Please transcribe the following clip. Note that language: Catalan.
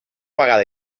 vegada